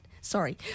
Sorry